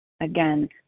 Again